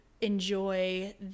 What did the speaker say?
Enjoy